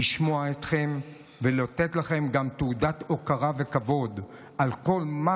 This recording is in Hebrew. לשמוע אתכם ולתת לכם גם תעודת הוקרה וכבוד על כל מה